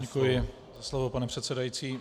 Děkuji za slovo, pane předsedající.